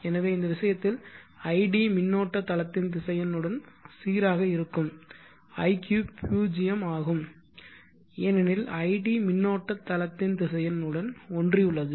எனவே இந்த விஷயத்தில் id மின்னோட்ட தளத்தின்திசையன் உடன் சீராக இருக்கும் iq பூஜ்யம் ஆகும் ஏனெனில் id மின்னோட்ட தளத்தின்திசையன் உடன் ஒன்றி உள்ளது